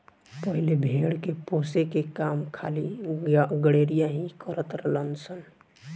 पहिले भेड़ पोसे के काम खाली गरेड़िया ही करत रलन सन